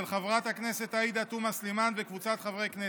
של חברי הכנסת עאידה תומא סלימאן וקבוצת חברי הכנסת,